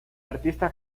artista